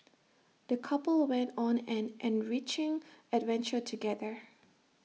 the couple went on an enriching adventure together